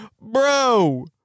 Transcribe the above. Bro